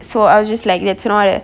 so I'll just like so that